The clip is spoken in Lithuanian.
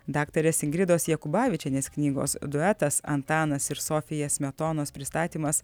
daktarės ingridos jakubavičienės knygos duetas antanas ir sofija smetonos pristatymas